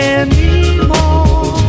anymore